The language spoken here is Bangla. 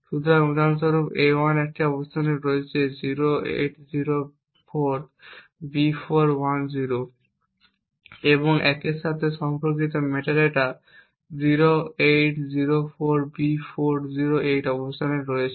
সুতরাং উদাহরণস্বরূপ a1 একটি অবস্থানে রয়েছে 0804B410 এবং একটি 1 এর সাথে সম্পর্কিত মেটাডেটা 0804B408 অবস্থানে রয়েছে